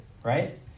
Right